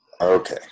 Okay